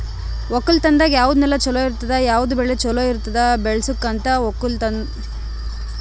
ಒಕ್ಕಲತನದಾಗ್ ಯಾವುದ್ ನೆಲ ಛಲೋ ಇರ್ತುದ, ಯಾವುದ್ ಬೆಳಿ ಛಲೋ ಇರ್ತುದ್ ಬೆಳಸುಕ್ ಅಂತ್ ಹೇಳ್ಕೊಡತ್ತುದ್